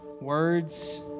words